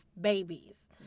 babies